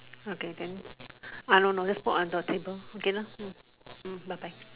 okay can I don't know just put under the table okay lor um bye bye